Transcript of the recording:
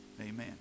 amen